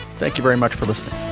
thank you very much for listening.